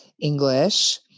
English